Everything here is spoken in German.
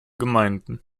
gemeinden